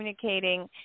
communicating